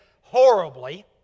horribly